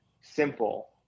simple